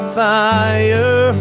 fire